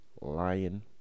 Lion